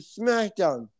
SmackDown